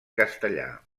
castellà